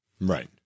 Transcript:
Right